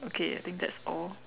okay I think that's all